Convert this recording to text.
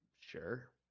Sure